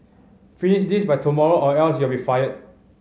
finish this by tomorrow or else you'll be fired